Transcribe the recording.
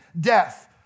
death